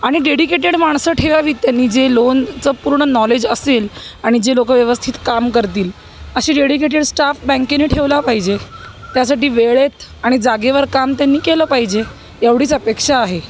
आणि डेडिकेटेड माणसं ठेवावी त्यांनी जे लोनचं पूर्ण नॉलेज असेल आणि जे लोकं व्यवस्थित काम करतील असे डेडिकेटेड स्टाफ बँकेने ठेवला पाहिजे त्यासाठी वेळेत आणि जागेवर काम त्यांनी केलं पाहिजे एवढीच अपेक्षा आहे